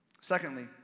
Secondly